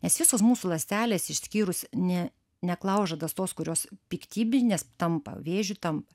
nes visos mūsų ląstelės išskyrus ne neklaužadas tos kurios piktybinės tampa vėžiu tampa